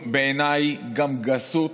בעיניי יש בה גם משום גסות.